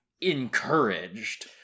encouraged